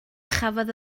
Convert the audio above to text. chafodd